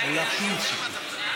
אין לך שום סיכוי.